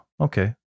Okay